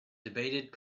debated